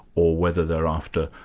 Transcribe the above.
or whether they're after,